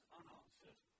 unanswered